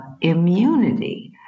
immunity